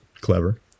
Clever